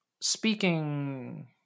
speaking